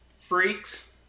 Freaks